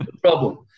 problem